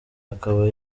akaba